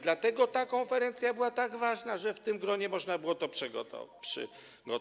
Dlatego ta konferencja była tak ważna, że tym gronie można było to przygotować.